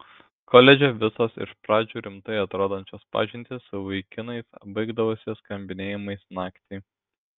koledže visos iš pradžių rimtai atrodančios pažintys su vaikinais baigdavosi skambinėjimais naktį